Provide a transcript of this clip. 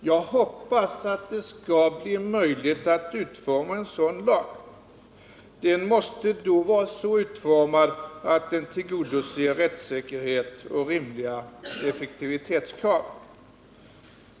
Jag hoppas att det skall bli möjligt att utforma en sådan lag. Den måste vara så utformad att den tillgodoser rättssäkerheten och rimliga effektivitetskrav.